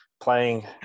playing